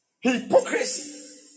Hypocrisy